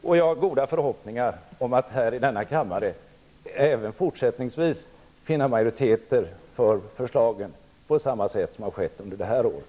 Vi har goda förhoppningar om att i denna kammare även fortsättningsvis kunna vinna majoriteter för förslagen på samma sätt som har skett under det här året.